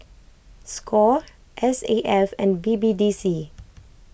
Score S A F and B B D C